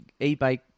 eBay